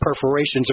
perforations